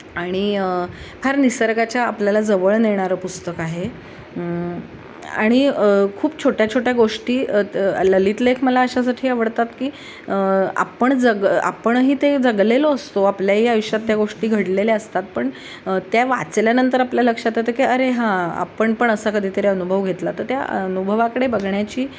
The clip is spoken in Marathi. आणि फार निसर्गाच्या आपल्याला जवळ नेणारं पुस्तक आहे आणि खूप छोट्या छोट्या गोष्टी तर ललित लेख मला अशासाठी आवडतात की आपण जग आपणही ते जगलेलो असतो आपल्याही आयुष्यात त्या गोष्टी घडलेल्या असतात पण त्या वाचल्यानंतर आपल्या लक्षात येतं की अरे हां आपण पण असा कधीतरी अनुभव घेतला तर त्या अनुभवाकडे बघण्याची